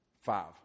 Five